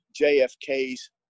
JFK's